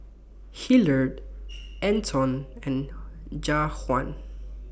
Hillard Anton and Jajuan